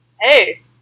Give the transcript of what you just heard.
Hey